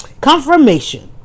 Confirmation